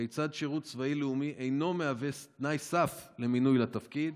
1. כיצד שירות צבאי או לאומי אינו מהווה תנאי סף למינוי לתפקיד?